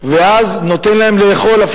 והוא נותן להם לאכול,